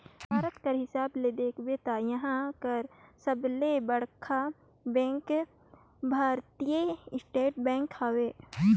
भारत कर हिसाब ले देखबे ता इहां कर सबले बड़खा बेंक भारतीय स्टेट बेंक हवे